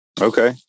Okay